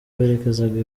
berekezaga